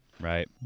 right